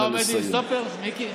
אתה עומד לי עם סטופר, מיקי?